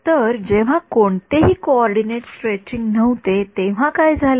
तर जेव्हा कोणतेही कोऑर्डिनेट स्ट्रेचिंग नव्हते तेव्हा काय झाले